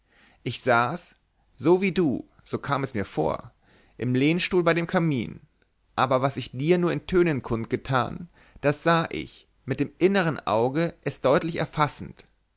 ich saß so wie du so kam es mir vor im lehnstuhl bei dem kamin aber was sich dir nur in tönen kundgetan das sah ich mit dem innern auge es deutlich erfassend